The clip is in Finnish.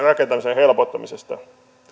rakentamisen helpottamisesta